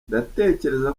ndatekereza